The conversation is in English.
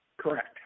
Correct